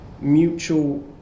mutual